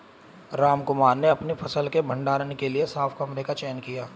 रामकुमार ने अपनी फसल के भंडारण के लिए साफ कमरे का चयन किया